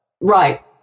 Right